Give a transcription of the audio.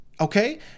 Okay